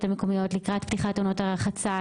המקומיות לקראת פתיחת עונת הרחצה,